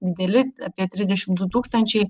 dideli apie trisdešimt du tūkstančiai